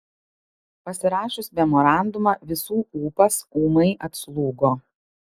pasirašius memorandumą visų ūpas ūmai atslūgo